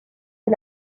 est